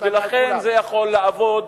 ולכן זה יכול לעבוד,